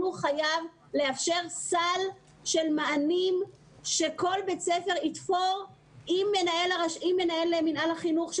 חייב לאפשר סל מענים שכל בית ספר יתפור עם מנהל מינהל החינוך,